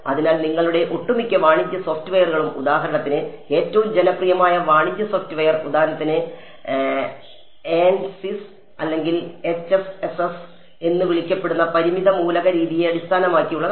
അതിനാൽ നിങ്ങളുടെ ഒട്ടുമിക്ക വാണിജ്യ സോഫ്റ്റ്വെയറുകളും ഉദാഹരണത്തിന് ഏറ്റവും ജനപ്രിയമായ വാണിജ്യ സോഫ്റ്റ്വെയർ ഉദാഹരണത്തിന് ANSYS അല്ലെങ്കിൽ HFSS എന്ന് വിളിക്കപ്പെടുന്ന പരിമിത മൂലക രീതിയെ അടിസ്ഥാനമാക്കിയുള്ളതാണ്